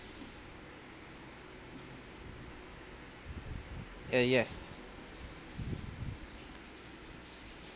uh yes